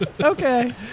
Okay